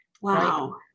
Wow